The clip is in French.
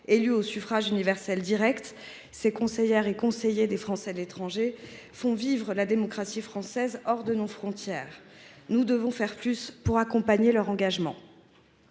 Élus au suffrage universel direct, ces conseillères et conseillers des Français de l’étranger font vivre la démocratie française hors de nos frontières. Nous devons faire plus pour accompagner leur engagement.